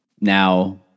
Now